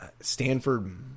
Stanford